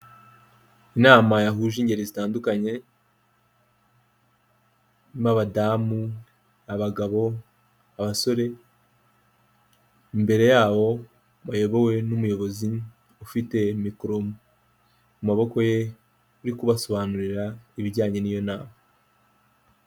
Inama yahuje ingeri zitandukanye harimo abadamu abagabo abasore, imbere yabo bayobowe n'umuyobozi ufite mikoro mu maboko ye uri kubasobanurira ibijyanye n'iyo nama.